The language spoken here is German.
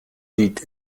beat